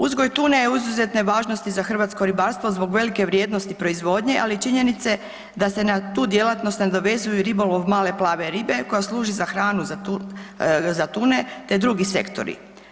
Uzgoj tune od izuzetne je važnosti za hrvatsko ribarstvo zbog velike vrijednosti proizvodnje, ali i činjenice da se na tu djelatnost nadovezuju ribolov male plave ribe koja služi za hranu za tune te drugi sektori.